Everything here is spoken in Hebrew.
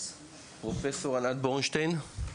פרופסור ענת ברונשטיין,